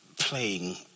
playing